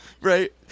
right